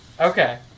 Okay